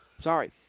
Sorry